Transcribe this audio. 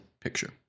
picture